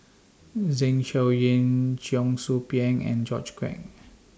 Zeng Shouyin Cheong Soo Pieng and George Quek